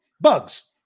Bugs